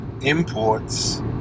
imports